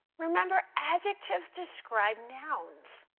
remember adjectives describe nouns.